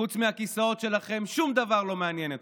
חוץ מהכיסאות שלכם שום דבר לא מעניין אתכם.